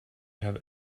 have